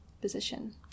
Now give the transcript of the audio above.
position